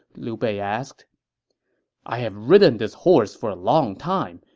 liu bei asked i have ridden this horse for a long time,